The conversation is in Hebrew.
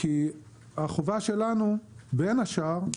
החובה שלנו, בין השאר,